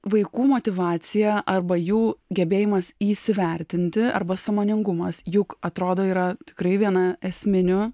vaikų motyvacija arba jų gebėjimas įsivertinti arba sąmoningumas juk atrodo yra tikrai viena esminių